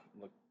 look